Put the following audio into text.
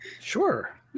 Sure